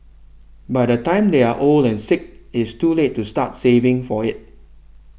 by the time they are old and sick it's too late to start saving for it